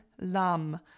lam